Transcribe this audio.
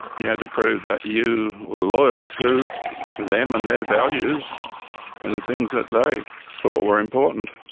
you had to prove that you were loyal to them and their values and the things that they thought were important.